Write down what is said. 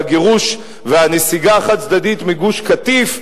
והגירוש והנסיגה החד-צדדית מגוש-קטיף,